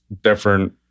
different